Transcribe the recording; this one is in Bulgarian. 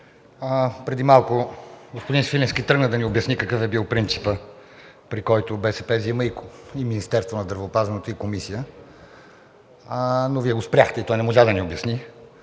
Преди малко господин Свиленски тръгна да ни обяснява какъв е бил принципът, при който БСП взема и Министерството на здравеопазването, и комисия, но Вие го спряхте и той не можа да ни обясни.